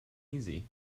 easy